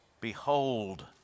Behold